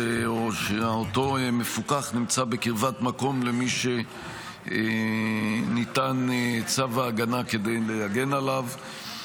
או שאותו מפוקח נמצא בקרבת מקום למי שניתן צו ההגנה כדי להגן עליו.